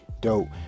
dope